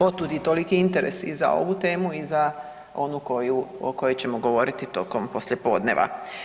Otuda i toliki interes i za ovu temu i za onu koju o kojoj ćemo govoriti tokom poslijepodneva.